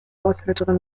haushälterin